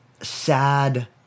sad